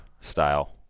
style